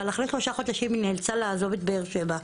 אבל לאחר שלושה חודשים היא נאלצה לעזוב את באר שבע,